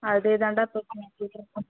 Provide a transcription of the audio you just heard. அதேதான்டா பிரச்சனை போயிட்டிருக்கும்